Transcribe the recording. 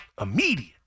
Immediate